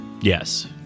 Yes